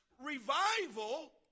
revival